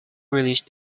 release